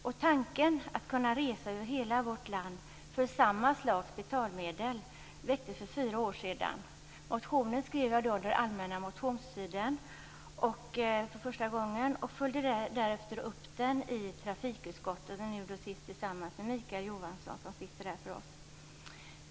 Tanken att kunna resa över hela vårt land för samma slags betalmedel väcktes för fyra år sedan. Motionen skrev jag under allmänna motionstiden för första gången och följde därefter upp den i trafikutskottet tillsammans med Mikael Johansson, som är vår ledamot i utskottet.